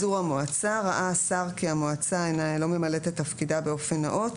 פיזור המועצה (א)ראה השר כי המועצה לא ממלאת את תפקידה באופן נאות,